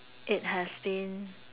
it has been